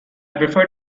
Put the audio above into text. prefer